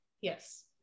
Yes